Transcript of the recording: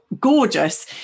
gorgeous